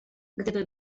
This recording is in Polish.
gdyby